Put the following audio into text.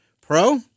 Pro